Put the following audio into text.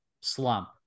slump